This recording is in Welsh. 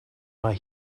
mae